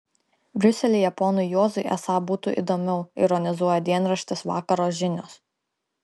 briuselyje ponui juozui esą būtų įdomiau ironizuoja dienraštis vakaro žinios